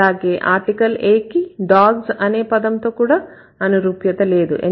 అలాగే article a కి dogs అనే పదంతో కూడా అనురూప్యత లేదు